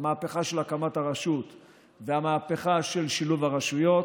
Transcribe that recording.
המהפכה של הקמת הרשות והמהפכה של שילוב הרשויות,